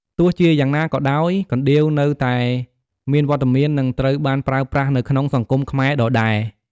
ទោះជាយ៉ាងណាក៏ដោយ កណ្ដៀវនៅតែមានវត្តមាន និងត្រូវបានប្រើប្រាស់នៅក្នុងសង្គមខ្មែរដដែល។